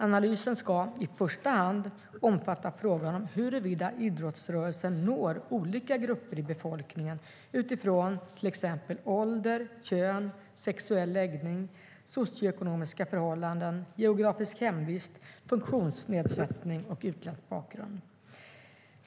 Analysen ska i första hand omfatta frågan om idrottsrörelsen når olika grupper i befolkningen utifrån till exempel ålder, kön, sexuell läggning, socioekonomiska förhållanden, geografisk hemvist, funktionsnedsättning och utländsk bakgrund.